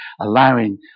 allowing